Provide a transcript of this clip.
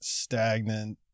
stagnant